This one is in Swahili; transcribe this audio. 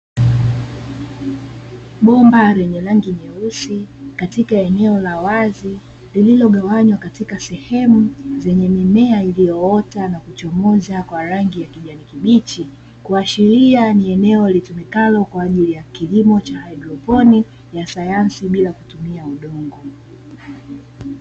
Bomba lenye rangi nyeusi katika eneo la wazi, lililogawanywa katika sehemu zenye mimea iliyoota na kuchomoza kwa rangi ya kijani kibichi. Kuashiria ni eneo litumikalo kwa ajili ya kilimo cha haidroponi ya sayansi bila kutumia udongo.